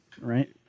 right